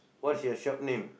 what is your shop name